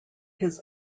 his